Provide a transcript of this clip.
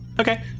Okay